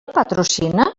patrocina